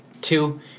Two